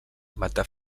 matar